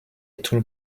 tool